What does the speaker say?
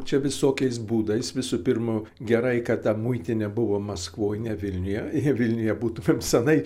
čia visokiais būdais visų pirma gerai kad ta muitinė buvo maskvoj ne vilniuje jei vilniuje būtumėm senai